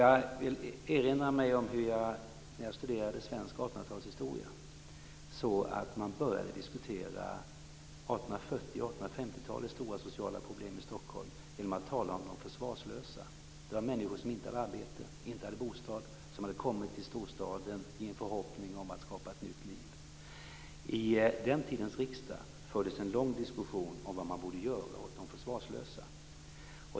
Jag vill erinra mig att när jag studerade svensk 1800-talshistoria såg jag att man började diskutera 1840 och 1850-talens stora sociala problem i Stockholm genom att tala om "de försvarslösa". Det var människor som inte hade arbete och inte hade bostad som hade kommit till storstaden i en förhoppning om att skapa ett nytt liv. I den tidens riksdag fördes en lång diskussion om vad man borde göra åt de försvarslösa.